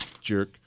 Jerk